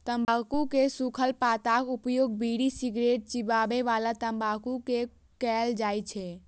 तंबाकू के सूखल पत्ताक उपयोग बीड़ी, सिगरेट, चिबाबै बला तंबाकू मे कैल जाइ छै